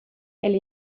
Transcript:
elle